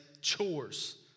chores